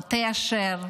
מטה אשר,